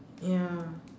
ya